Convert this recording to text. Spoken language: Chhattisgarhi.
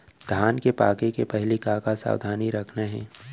धान के पके के पहिली का का सावधानी रखना हे?